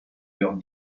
your